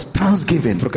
thanksgiving